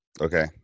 okay